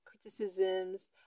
criticisms